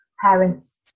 parents